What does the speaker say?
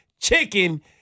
Chicken